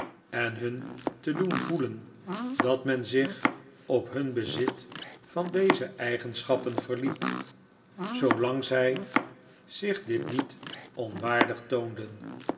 en hun te doen voelen dat men zich op hun bezit van deze eigenschappen verliet zoolang zij zich dit niet onwaardig